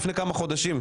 לפני כמה חודשים,